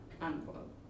unquote